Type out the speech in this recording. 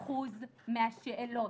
80% מהשאלות.